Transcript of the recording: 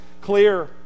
clear